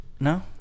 No